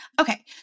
Okay